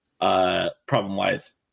problem-wise